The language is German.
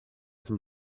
zum